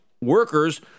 workers